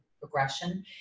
progression